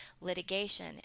litigation